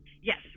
Yes